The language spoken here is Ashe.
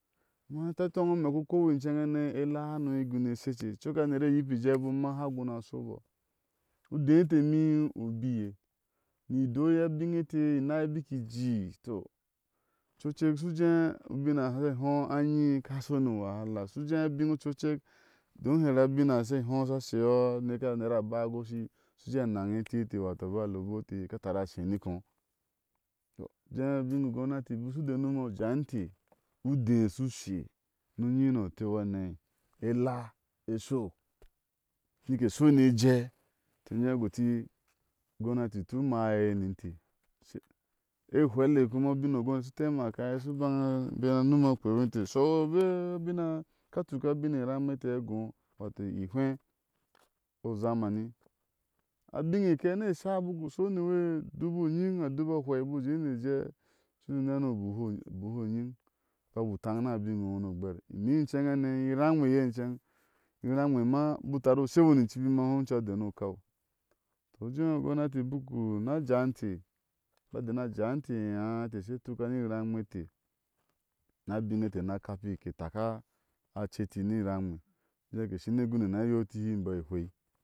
Ha shobo udee téé mi ubiye ni idoo abgete inai ijii toh ocucek ushu je ubiŋ e hoo a nyi aka shonu u wahala ushu jeeh abin ochochek don here abin she hoo asheyo aneke anera ba a gashi ushi véé a naŋ eti eteh ba ale bo teh aka tara sheniko ujeh imbaku. ú gounati bushu dem ma jaa inteh udɛɛ ugee shu she, nu yi oteu hana daa esho nike sho ni ejee to unjeh gote u gounati tu maye ni intech e hweile kuma ubiŋ o u govnati su tamika usu baŋa numa kpehwin ten shou be abin. A ka tuk a biŋe ram aghoh, wato e hwɛɛ o uzamani abiŋe ke ni esa uba ku shonu udubu u nyin a dubu a hwei ubaku jɛɛ n ejɛɛ ushu neni ŋo ubuhu u niyin ubabu tan na a bin a ŋo nu banu u gber, imi in chenlenen irange ye inchen iraŋe ma ub ku taru u seŋo ni ichibi usunu chau denu ukau toh ujee u gounati ubaku na jawi intech ba dana jawi enteh eáá etech sha tuka ni irange teh na a biŋ a teh na kapíí ke taka achete iram ghe uje ke shune gone na yoti him bo e hwei coko ubiŋe ete ke shina akpeí konya sha yeh u nbiŋ udɛɛ ubaka sho ni i heneke hashu u shunu guni na hwáái eháa. na hashi oce ecihi oceh nu ujeeŋo ejɛɛ choms.